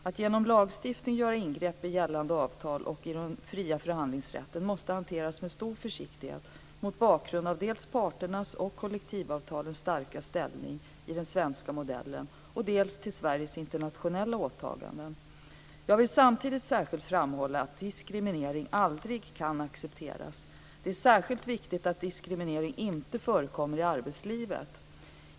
Att genom lagstiftning göra ingrepp i gällande avtal och i parternas fria förhandlingsrätt måste hanteras med stor försiktighet mot bakgrund av dels parternas och kollektivavtalens starka ställning i den svenska modellen, dels Sveriges internationella åtaganden. Jag vill samtidigt särskilt framhålla att diskriminering aldrig kan accepteras. Det är särskilt viktigt att diskriminering inte förekommer i arbetslivet.